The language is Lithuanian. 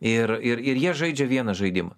ir ir ir jie žaidžia vieną žaidimą